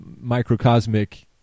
microcosmic